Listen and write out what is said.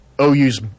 OU's